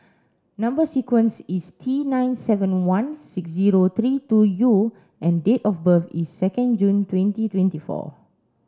number sequence is T nine seven one six zero three two U and date of birth is second June twenty twenty four